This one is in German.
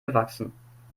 gewachsen